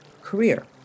career